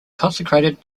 consecrated